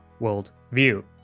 worldview